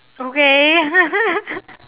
okay